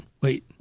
Wait